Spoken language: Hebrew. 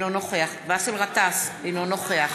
אינו נוכח באסל גטאס, אינו נוכח